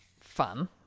fun